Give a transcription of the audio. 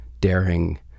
daring